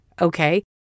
Okay